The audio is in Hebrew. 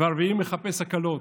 והרביעי מחפש הקלות.